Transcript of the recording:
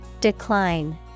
Decline